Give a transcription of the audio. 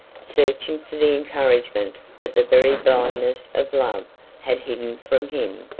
searching for the encouragement that the very blindness of love had hidden from him,